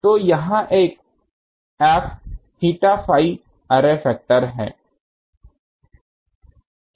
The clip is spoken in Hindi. तो यह एक F θφ अर्रे फैक्टर है